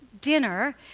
dinner